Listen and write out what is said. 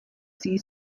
sie